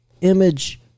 image